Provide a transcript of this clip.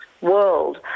world